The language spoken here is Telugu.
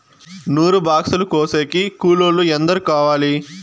నూరు బాక్సులు కోసేకి కూలోల్లు ఎందరు కావాలి?